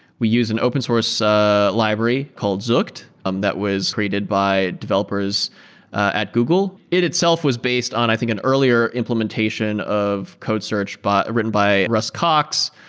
we use an open source ah library called zoekt, um that was created by developers at google. it itself was based on i think an earlier implementation of code search written by russ cox,